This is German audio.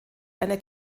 einer